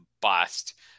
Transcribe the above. bust